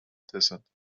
desert